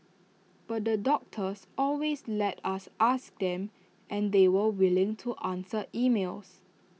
but the doctors always let us ask them and they were willing to answer emails